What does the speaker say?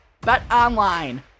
BetOnline